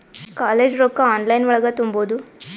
College ರೊಕ್ಕ online ಒಳಗ ತುಂಬುದು?